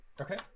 Okay